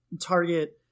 Target